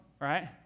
right